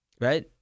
right